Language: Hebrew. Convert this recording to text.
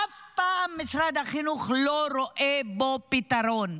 אף פעם משרד החינוך לא רואה בו פתרון.